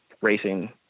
racing